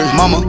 Mama